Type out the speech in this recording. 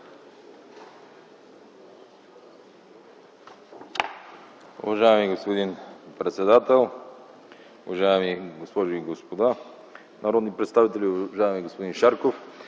Уважаеми господин председател, уважаеми дами и господа народни представители, уважаеми господин